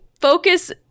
focus